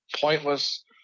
pointless